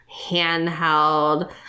handheld